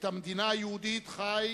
את המדינה היהודית חי